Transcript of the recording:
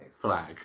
flag